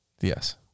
Yes